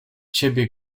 ciebie